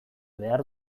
behar